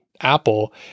Apple